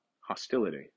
hostility